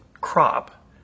crop